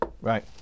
right